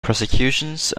prosecutions